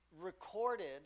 recorded